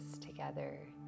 together